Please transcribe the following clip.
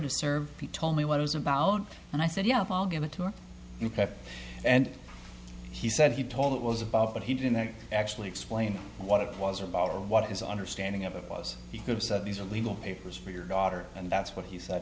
to serve he told me what it was about and i said yes i'll give it to you and he said he told it was about but he didn't actually explain what it was about or what his understanding of it was he could've said these are legal papers for your daughter and that's what he said